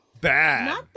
Bad